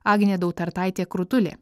agnė dautartaitė krutulė